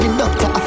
doctor